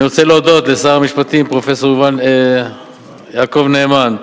אני רוצה להודות לשר המשפטים, פרופסור יעקב נאמן,